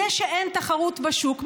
זה שאין תחרות בשוק,